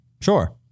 Sure